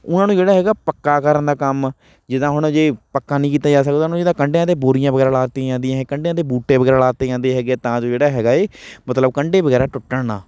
ਉਨ੍ਹਾਂ ਨੂੰ ਜਿਹੜਾ ਹੈਗਾ ਪੱਕਾ ਕਰਨ ਦਾ ਕੰਮ ਜਿੱਦਾਂ ਹੁਣ ਜੇ ਪੱਕਾ ਨਹੀਂ ਕੀਤਾ ਜਾ ਸਕਦਾ ਉਹਨਾਂ ਨੂੰ ਜਿੱਦਾਂ ਕੰਢਿਆਂ 'ਤੇ ਬੋਰੀਆਂ ਵਗੈਰਾ ਲਾ ਦਿੱਤੀਆਂ ਜਾਂਦੀਆਂ ਕੰਢਿਆਂ 'ਤੇ ਬੂਟੇ ਵਗੈਰਾ ਲਾ ਦਿੱਤੇ ਜਾਂਦੇ ਹੈਗੇ ਹੈ ਤਾਂ ਜੋ ਜਿਹੜਾ ਹੈਗਾ ਹੈ ਮਤਲਬ ਕੰਢੇ ਵਗੈਰਾ ਟੁੱਟਣ ਨਾ